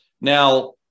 now